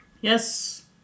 Yes